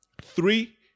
Three